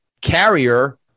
carrier